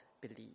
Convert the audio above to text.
believe